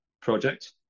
project